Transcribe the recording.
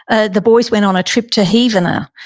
ah the boys went on a trip to heaveana.